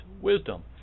wisdom